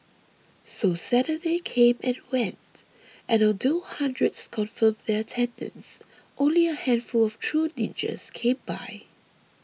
so Saturday came and went and although hundreds confirmed their attendance only a handful of true ninjas came by